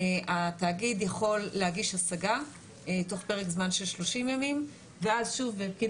התאגיד יכול להגיש השגה תוך פרק זמן של 30 ימים ואז שוב פקיד